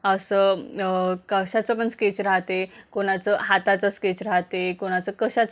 असं कशाचं पण स्केच राहते कोणाचं हाताचं स्केच राहते कोणाचं कशाचं प